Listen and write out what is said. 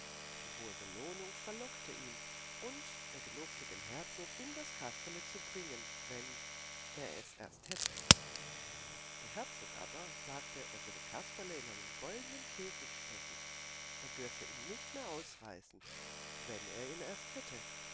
die hohe belohnung verlockte ihn und er gelobte dem herzog ihm das kasperle zu bringen wenn er es erst hätte der herzog aber sagte er würde kasperle in einen goldenen käfig stecken er dürfe ihm nicht mehr ausreißen wenn er ihn erst hätte